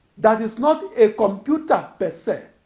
that is not a computer per se